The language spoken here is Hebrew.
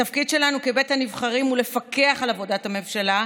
התפקיד שלנו כבית הנבחרים הוא לפקח על עבודת הממשלה,